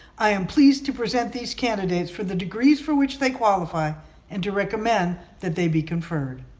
i am pleased to present these candidates for the degrees for which they qualify and to recommend that they be conferred.